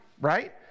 right